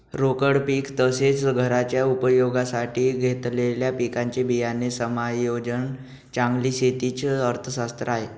रोकड पीक तसेच, घरच्या उपयोगासाठी घेतलेल्या पिकांचे बियाणे समायोजन चांगली शेती च अर्थशास्त्र आहे